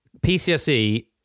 PCSE